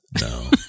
No